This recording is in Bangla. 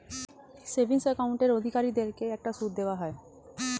সেভিংস অ্যাকাউন্টের অধিকারীদেরকে একটা সুদ দেওয়া হয়